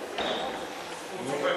אתי.